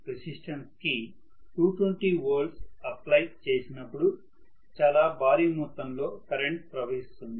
2 resistance కి 220 volts apply చేసినపుడు చాలా భారీ మొత్తంలో కరెంట్ ప్రవహిస్తుంది